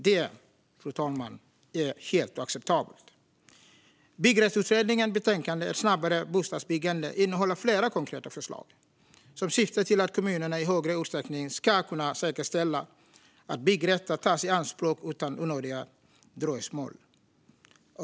Detta, fru talman, är helt oacceptabelt. Byggrättsutredningens betänkande Ett snabbare bostadsbyggande innehåller flera konkreta förslag som syftar till att kommunerna i större utsträckning ska kunna säkerställa att byggrätter tas i anspråk utan onödiga dröjsmål.